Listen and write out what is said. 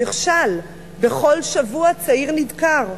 נכשל, בכל שבוע צעיר נדקר.